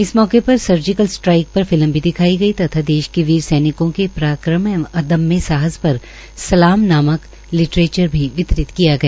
इस मौके पर सर्जिकल स्ट्राईक पर फिल्म भी दिखाई गई तथा देश के वीर सैनिकों के पराक्रम एवं अदम्य साहस पर सलाम नामक लिटरेचार भी वितरित किया गया